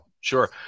sure